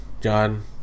John